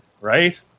right